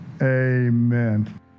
Amen